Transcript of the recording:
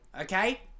okay